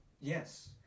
Yes